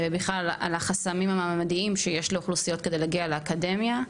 ובכלל על החסמים המעמדיים שיש לאוכלוסיות כדי להגיע לאקדמיה.